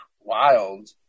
wild